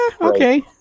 okay